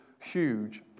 huge